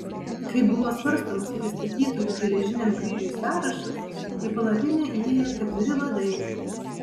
kai buvo svarstomas pristatytųjų geležiniam kryžiui sąrašas į palapinę įėjo keturi vadai